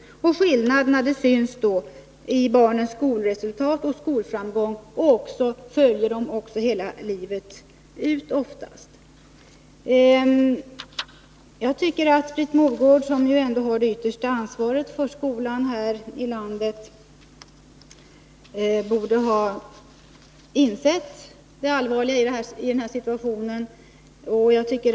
Skillnaderna syns i barnens skolresultat och skolframgång, och de följer dem oftast hela livet ut. Jag tycker att Britt Mogård, som ändå har det yttersta ansvaret för skolan här i landet, borde ha insett det allvarliga i situationen.